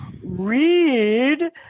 read